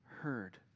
heard